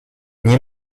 nie